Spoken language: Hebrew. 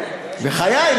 בחיי,